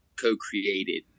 co-created